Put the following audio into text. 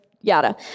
yada